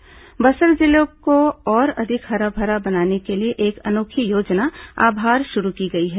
आभार योजना बस्तर जिले को और अधिक हरा भरा बनाने के लिए एक अनोखी योजना आभार शुरू की गई है